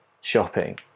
shopping